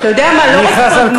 אתה יודע מה, לא רק פרגמטי,